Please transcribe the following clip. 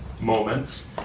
moments